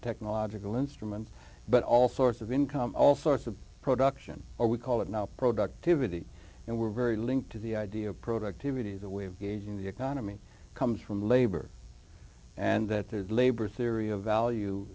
technological instruments but all sorts of income all sorts of production or we call it now productivity and we're very linked to the idea of productivity the way of gauging the economy comes from labor and that the labor